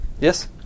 Yes